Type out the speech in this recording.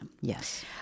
Yes